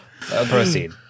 Proceed